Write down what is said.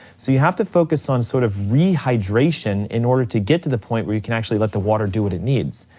so you have to focus on sort of rehydration in order to get to the point where you can actually let the water do what it needs.